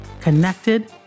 connected